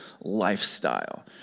lifestyle